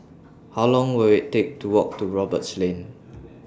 How Long Will IT Take to Walk to Roberts Lane